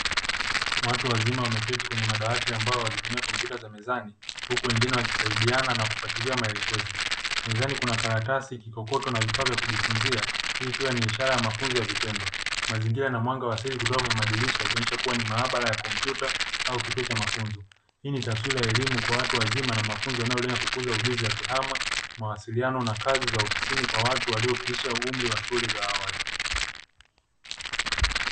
Watu wazima wameketi kwenye madawati ya mbao wakitumia kompyuta za mezani huku wengine wakisaidiana na kufuatilia maelekezo. Mezani kuna karatasi, kikokoto na vifaa vya kujifunzia hii ikiwa ni ishara ya mafunzo ya vitendo. Mazingira ya mwanga wa asili ukionyesha maabara ya kompyuta au kituo cha mafunzo. Hii ni taswira ya elimu kwa watu wazima na mafunzo yanayolenga kukuza ujuzi kama mawasiliano na kazi za ofisini kwa watu waliopisha umri wa awali.